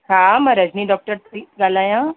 हा मां रजनी डॉक्टर थी ॻाल्हायां